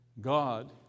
God